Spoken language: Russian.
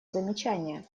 замечания